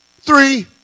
three